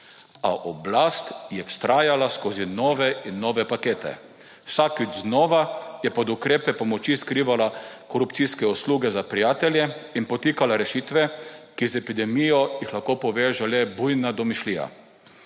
A oblast je vztrajala skozi nove in nove pakete. Vsakič znova je pod ukrepe pomoči skrivala korupcijske usluge za prijatelje in podtikala rešitve, ki jih z epidemijo lahko poveže le bujna domišljija.